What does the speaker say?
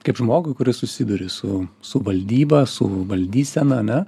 kaip žmogui kuris susiduri su su valdyba su valdysena ane